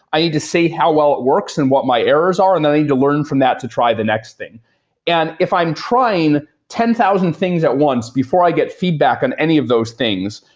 i need to say how well it works and what my errors are and then i need to learn from that to try the next thing and if i'm trying ten thousand things at once before i get feedback on any of those things,